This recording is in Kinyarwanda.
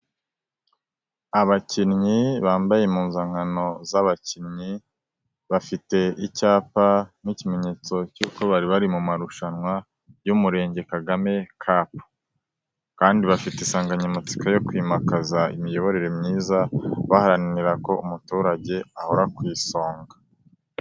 Abakinnyi bambaye impuzankano z'abakinnyi bafite icyapa nk'ikimenyetso cy'uko bari bari mu marushanwa y'umurenge kagame Kapu, kandi bafite insanganyamatsiko yo kwimakaza imiyoborere myiza baharanira ko umuturage ahora ku isonga.